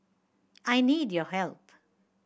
I need your help